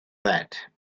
that